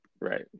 Right